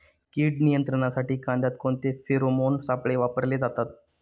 कीड नियंत्रणासाठी कांद्यात कोणते फेरोमोन सापळे वापरले जातात?